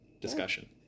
discussion